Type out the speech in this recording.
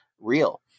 real